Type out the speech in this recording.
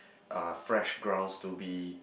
uh fresh grounds to be